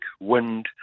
wind